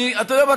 אתה יודע מה?